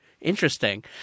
Interesting